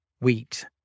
wheat